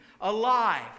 alive